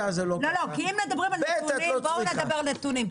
אם מדברים על נתונים אז בואו נדבר על נתונים.